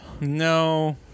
No